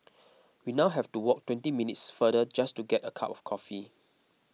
we now have to walk twenty minutes farther just to get a cup of coffee